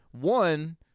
One